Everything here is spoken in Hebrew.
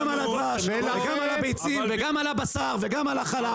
גם על הדבש וגם על הביצים וגם על הבשר וגם על החלב,